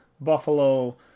Buffalo